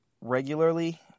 regularly